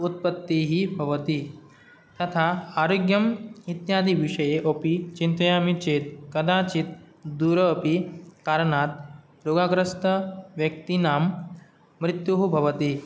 उत्पत्तिः भवति तथा आरोग्यम् इत्यादिविषये अपि चिन्तयामि चेत् कदाचित् दूरः अपि कारणात् रोगग्रस्तव्यक्तीनां मृत्युः भवति